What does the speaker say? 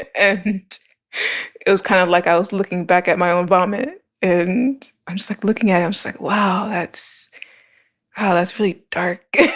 and it was kind of like i was looking back at my own vomit and i just like looking at him saying wow that's how that's really dark